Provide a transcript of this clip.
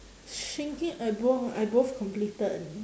shingen I bo~ I both completed